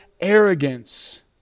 arrogance